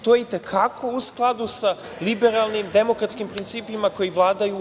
To je i te kako u skladu sa liberalnim, demokratskim principima koji vladaju u EU.